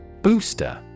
Booster